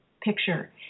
picture